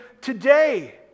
today